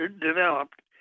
developed